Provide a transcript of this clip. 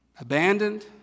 abandoned